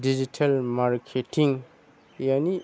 digital marketing नि